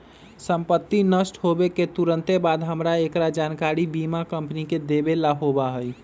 संपत्ति नष्ट होवे के तुरंत बाद हमरा एकरा जानकारी बीमा कंपनी के देवे ला होबा हई